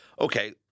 okay